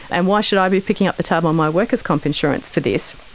and why should i be picking up the tab on my workers comp insurance for this.